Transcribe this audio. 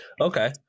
Okay